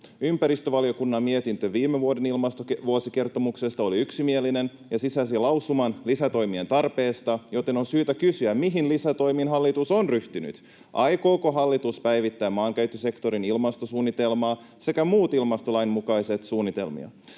Ympäristövaliokunnan mietintö viime vuoden ilmastovuosikertomuksesta oli yksimielinen ja sisälsi lausuman lisätoimien tarpeesta, joten on syytä kysyä, mihin lisätoimiin hallitus on ryhtynyt. Aikooko hallitus päivittää maankäyttösektorin ilmastosuunnitelmaa sekä muita ilmastolain mukaisia suunnitelmia?